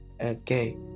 Okay